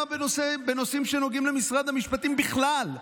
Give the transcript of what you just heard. בנושאים שנוגעים למשרד המשפטים בכלל.